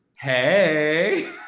Hey